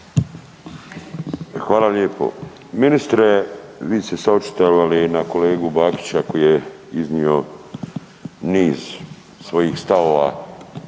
Hvala lijepo. Ministre, vi ste se očitovali na kolegu Bakića koji je iznio niz svojih stavova